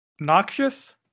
Noxious